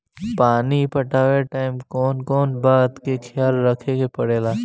पानी पटावे टाइम कौन कौन बात के ख्याल रखे के पड़ी?